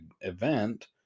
event